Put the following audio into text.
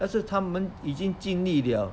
要是他们已经尽力了